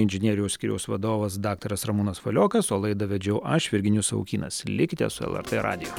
inžinerijos skyriaus vadovas daktaras ramūnas valiokas o laidą vedžiau aš virginijus savukynas likite su lrt radiju